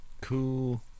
Cool